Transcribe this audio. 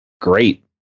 Great